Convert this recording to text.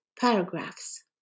paragraphs